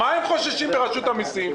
ממה חוששים ברשות המסים?